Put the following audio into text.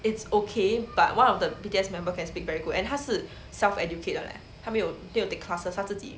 it's okay but one of the B_T_S member can speak very good and 他是 self educate [one] leh 他没有没有 take classes 他自己